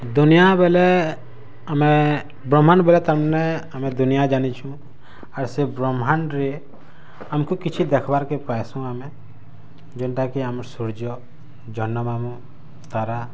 ଦୁନିଆ ବଏଲେ ଆମେ ବ୍ରହ୍ମାଣ୍ଡ ବଏଲେ ତାମାନେ ଆମେ ଦୁନିଆ ଜାନିଚୁ ଆର୍ ସେ ବ୍ରହ୍ମାଣ୍ଡରେ ଆମ୍କୁ କିଛି ଦେଖ୍ବାର୍କେ ପାଇସୁଁ ଆମେ ଯେନ୍ତାକି ଆମର୍ ସୂର୍ଯ୍ୟ ଜହ୍ନ ମାମୁଁ ତାରା